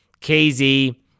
kz